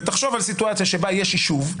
ותחשוב על סיטואציה שבה יש יישוב,